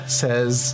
says